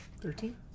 Thirteen